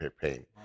pain